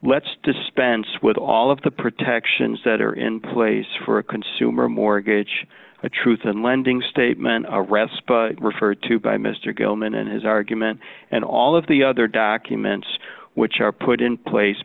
let's dispense with all of the protections that are in place for a consumer a mortgage a truth in lending statement a respite referred to by mr gilman and his argument and all of the other documents which are put in place